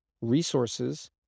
resources